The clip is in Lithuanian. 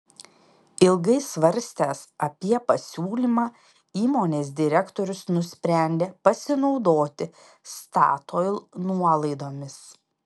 ilgai svarstęs apie pasiūlymą įmonės direktorius nusprendė pasinaudoti statoil nuolaidomis